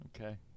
Okay